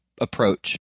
approach